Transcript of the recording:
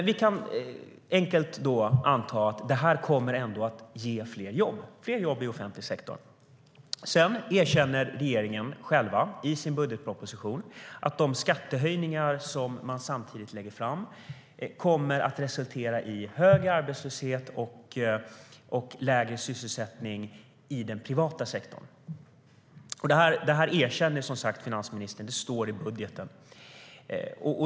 Vi kan då enkelt anta att det ändå kommer att ge fler jobb i offentlig sektor. Sedan erkänner regeringen själv i sin budgetproposition att de skattehöjningar som man samtidigt lägger fram kommer att resultera i högre arbetslöshet och lägre sysselsättning i den privata sektorn. Det erkänner som sagt finansministern; det står i budgeten.